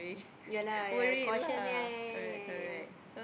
ya lah ya cautious ya ya ya ya ya